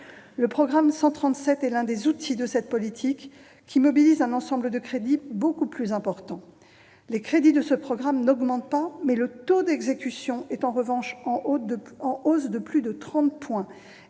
Le programme 137 est l'un des outils de cette politique, qui mobilise un ensemble de crédits beaucoup plus important. Si le montant de ce programme n'augmente pas, le taux d'exécution des crédits est en hausse de plus de trente points.